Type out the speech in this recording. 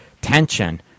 tension